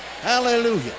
Hallelujah